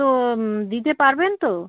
তো দিতে পারবেন তো